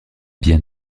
bien